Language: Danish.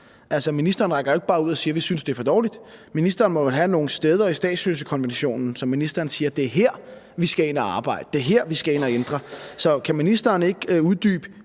ministeren rækker jo ikke bare ud og siger: Vi synes, det er for dårligt. Ministeren må jo pege på nogle steder i statsløsekonventionen, hvor ministeren siger, at det er her, vi skal ind at arbejde; at det er her, vi skal ind at ændre. Så kan ministeren ikke uddybe,